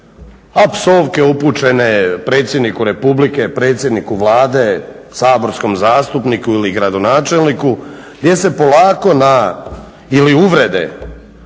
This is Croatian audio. od psovke upućene predsjedniku Republike, predsjedniku Vlade, saborskom zastupniku ili gradonačelniku gdje se polako na, ili uvrede